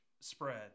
spread